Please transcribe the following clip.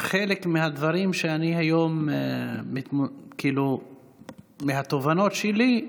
חלק מהדברים, מהתובנות שלי,